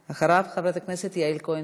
אחריו, חברת הכנסת יעל כהן-פארן.